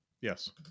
Yes